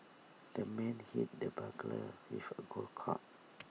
the man hit the burglar with A golf club